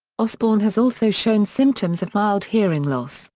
osbourne has also shown symptoms of mild hearing loss,